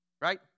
right